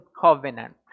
covenant